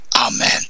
Amen